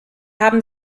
haben